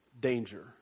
danger